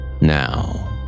Now